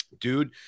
dude